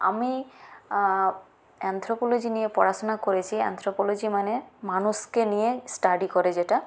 আমি অ্যানথ্রোপলজি নিয়ে পড়াশোনা করেছি অ্যানথ্রোপলজি মানে মানুষকে নিয়ে স্টাডি করে যেটা